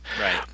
Right